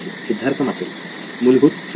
सिद्धार्थ मातुरी मूलभूत सुविधा